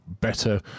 better